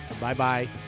Bye-bye